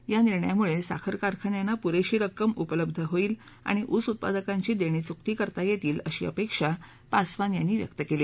या निर्णयामुळे साखर कारखान्यांना पुरेशी रक्कम उपलब्ध होईल आणि ऊस उत्पादकांची देणी चुकती करता येतील अशी अपेक्षा पासवान यांनी व्यक्त केली